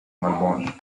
melbourne